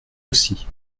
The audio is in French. aussi